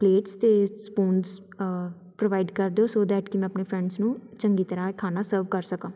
plates ਅਤੇ spoons provide ਕਰ ਦਿਓ ਸੋ ਦੈਟ ਕਿ ਮੈਂ ਆਪਣੇ ਫਰੈਂਡਸ ਨੂੰ ਚੰਗੀ ਤਰ੍ਹਾਂ ਇਹ ਖਾਣਾ ਸਰਵ ਕਰ ਸਕਾਂ